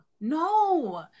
no